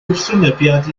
gwrthwynebiad